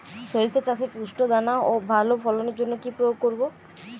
শরিষা চাষে পুষ্ট দানা ও ভালো ফলনের জন্য কি প্রয়োগ করব?